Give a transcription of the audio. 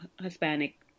Hispanic